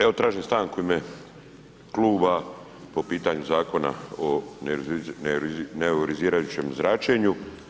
Evo tražim stanku u ime kluba po pitanju zakona o neionizirajućem zračenju.